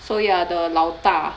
so you are the 老大